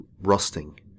rusting